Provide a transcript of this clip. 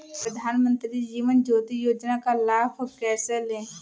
प्रधानमंत्री जीवन ज्योति योजना का लाभ कैसे लें?